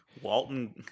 Walton